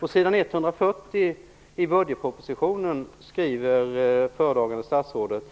På sidan 140 i budgetpropositionen skriver det föredragande statsrådet: